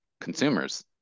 consumers